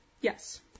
Yes